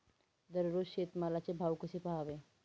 दररोज शेतमालाचे भाव कसे पहावे?